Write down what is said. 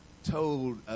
Told